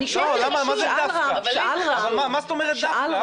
מה זאת אומרת דווקא?